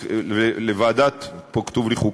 פה כתוב לי לוועדת החוקה,